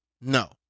No